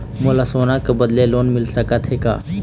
मोला सोना के बदले लोन मिल सकथे का?